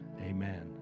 amen